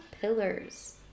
pillars